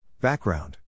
Background